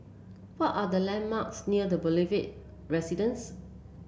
what are the landmarks near The Boulevard Residence